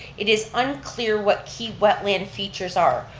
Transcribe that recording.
it is unclear what key wetland features are.